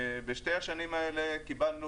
בשתי השנים האלה קיבלנו